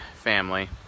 family